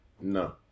No